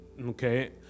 Okay